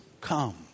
Come